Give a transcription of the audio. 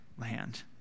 land